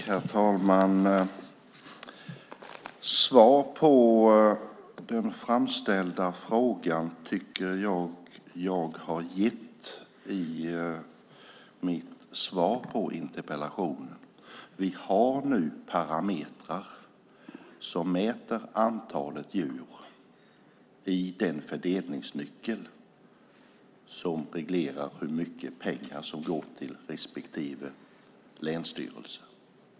Herr talman! Jag tycker att jag gett svar på de framställda frågorna i mitt skriftliga svar på interpellationen. Vi har nu parametrar som mäter antalet djur i den fördelningsnyckel som reglerar hur mycket pengar som går till respektive länsstyrelse.